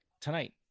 tonight